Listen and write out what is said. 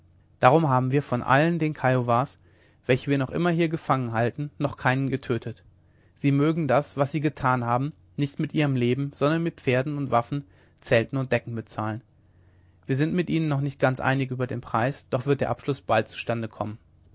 darum haben wir von allen den kiowas welche wir noch immer hier gefangen halten noch keinen getötet sie mögen das was sie getan haben nicht mit ihrem leben sondern mit pferden und waffen zelten und decken bezahlen wir sind mit ihnen noch nicht ganz einig über den preis doch wird der abschluß bald zustande kommen